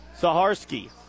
Saharski